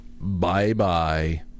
Bye-bye